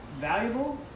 valuable